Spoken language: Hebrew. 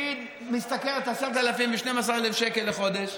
והיא משתכרת 10,000 ו-12,000 שקל לחודש,